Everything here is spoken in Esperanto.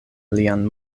lian